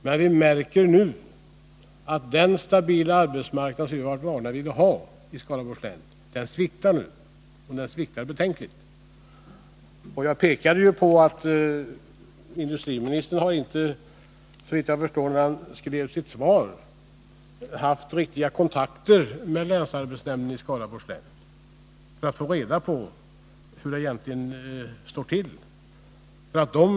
Men vi märker att den stabila arbetsmarknad som vi har varit vana vid att ha i Skaraborgs län nu sviktar, och den sviktar betänkligt. Jag visade tidigare på att industriministern inte haft riktiga kontakter med länsarbetsnämnden i Skaraborgs län för att få reda på hur det egentligen står till innan han skrev sitt svar.